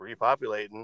repopulating